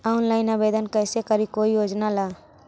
Online आवेदन कैसे करी कोई योजना ला?